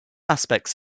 aspects